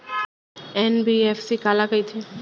NBFC काला कहिथे?